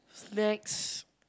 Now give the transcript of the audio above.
snacks